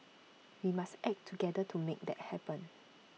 we must act together to make that happen